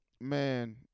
man